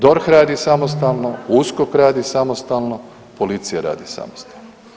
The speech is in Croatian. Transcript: DORH radi samostalno, USKOK radi samostalno, policija radi samostalno.